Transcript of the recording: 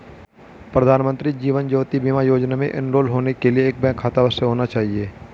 प्रधानमंत्री जीवन ज्योति बीमा योजना में एनरोल होने के लिए एक बैंक खाता अवश्य होना चाहिए